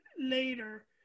later